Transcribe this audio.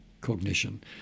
cognition